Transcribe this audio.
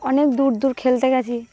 অনেক দূর দূর খেলতে গিয়েছি